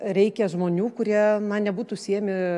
reikia žmonių kurie na nebūtų siejami